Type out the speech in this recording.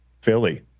Philly